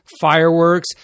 fireworks